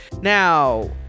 Now